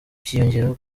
byiyongeraho